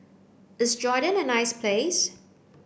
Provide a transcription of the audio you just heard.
is Jordan a nice place